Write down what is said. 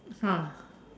!huh!